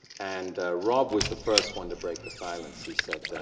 and rob was the first one to break the silence. he said,